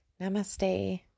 Namaste